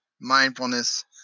mindfulness